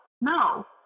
no